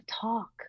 talk